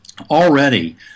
already